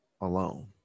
alone